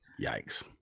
Yikes